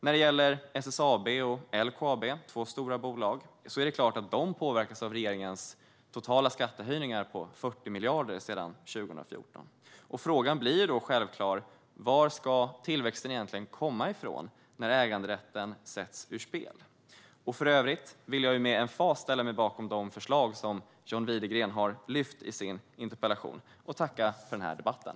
När det gäller SSAB och LKAB, två stora bolag, är det klart att de påverkas av regeringens totala skattehöjningar om 40 miljarder sedan 2014. Frågan blir självklart var tillväxten egentligen ska komma ifrån när äganderätten sätts ur spel. För övrigt vill jag med emfas ställa mig bakom de förslag John Widegren har lyft fram i sin interpellation och tacka för debatten.